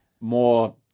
more